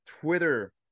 Twitter